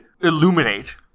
illuminate